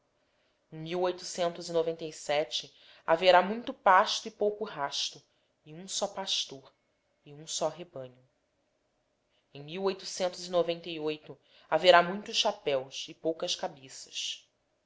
e o haverá muito pasto e pouco rasto e um só pastor e um só rebanho em haverá muitos chapéos e poucas cabeças